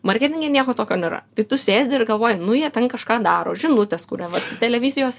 marketinge nieko tokio nėra tai tu sėdi ir galvoji nu jie ten kažką daro žinutes kuria televizijos